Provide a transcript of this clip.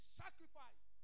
sacrifice